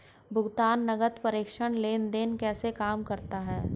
भुगतान नकद प्रेषण लेनदेन कैसे काम करता है?